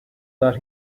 that